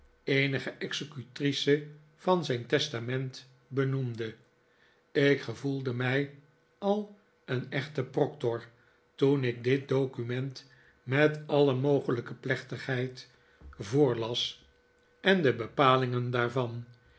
eenige executrice van zijn testament benoemde ik gevoelde mij al een echte proctor toen ik dit document met alle mogelijke plechtigheid voorlas en de bepalingen daarvan